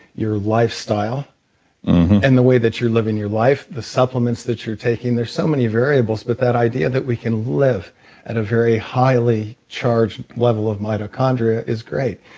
your lifestyle mm-hmm and the way that you're living your life. the supplements that you're taking there's so many variables, but that idea that we can live at a very highly charged level of mitochondria is great.